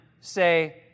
say